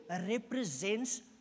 represents